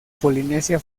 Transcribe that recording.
polinesia